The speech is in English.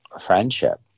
friendship